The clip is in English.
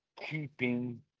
keeping